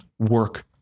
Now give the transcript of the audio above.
Work